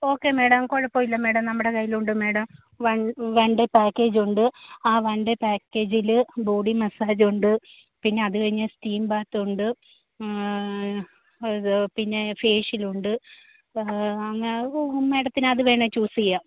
okay madam കുഴപ്പമില്ല madam നമ്മുടെ കയ്യിലുണ്ട് മേഡം വണ് വൺ ണ്ടേ പാക്കേജൊണ്ട് ആ വൺ ണ്ടേ പാക്കേജിൽ ബോഡി മാസാജൊണ്ട് പിന്നെ അതുകഴിഞ്ഞ് സ്റ്റീം ബാത്തൊണ്ട് അത് പിന്നെ ഫേഷ്യലൊണ്ട് അങ്ങനെ മേഡത്തിനതു വേണേൽ ചൂസ് ചെയ്യാം